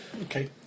Okay